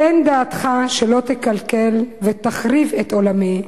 תן דעתך שלא תקלקל ותחריב את עולמי,